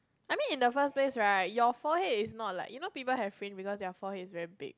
I mean in the first place right your forehead is not like you know people have fringe because their forehead is big